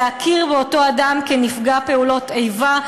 להכיר באותו אדם כנפגע פעולות איבה.